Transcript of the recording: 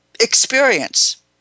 experience